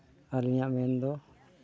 ᱟᱹᱞᱤᱧᱟᱜ ᱢᱮᱱᱫᱚ